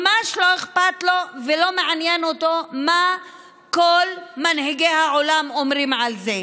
ממש לא אכפת לו ולא מעניין אותו מה כל מנהיגי העולם אומרים על זה,